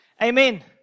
Amen